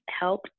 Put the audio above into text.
help